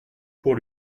pour